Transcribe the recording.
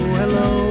hello